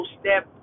step